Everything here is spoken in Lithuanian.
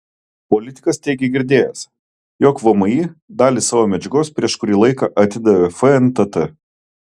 politikas teigė girdėjęs jog vmi dalį savo medžiagos prieš kurį laiką atidavė fntt